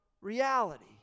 reality